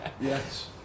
Yes